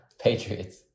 Patriots